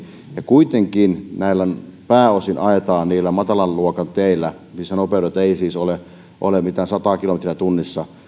kuitenkin näillä pääosin ajetaan niillä matalan luokan teillä missä nopeudet eivät siis ole mitään sataa kilometriä tunnissa